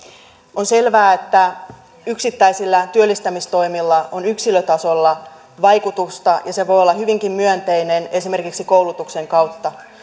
on selvää että yksittäisillä työllistämistoimilla on yksilötasolla vaikutusta ja se voi olla hyvinkin myönteinen esimerkiksi koulutuksen kautta